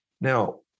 Now